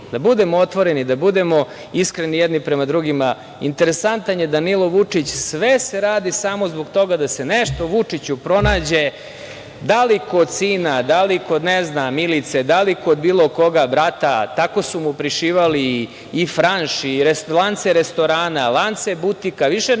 Da budemo otvoreni, da budemo iskreni jedni prema drugima, interesantan je Danilo Vučić, sve se radi samo zbog toga da se nešto Vučiću pronađe, da li kod sina, da li kod Milice, da li kod brata. Tako su mu prišivali i "Franš" i lance restorana, lance butika, više ne